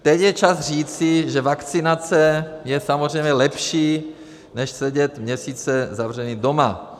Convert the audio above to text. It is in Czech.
Teď je čas říci, že vakcinace je samozřejmě lepší než sedět měsíce zavření doma.